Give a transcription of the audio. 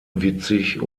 witzig